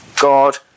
God